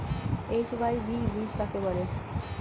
HYV বীজ কাকে বলে?